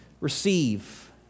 receive